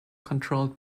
controlled